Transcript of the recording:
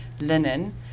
linen